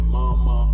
Mama